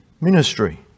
ministry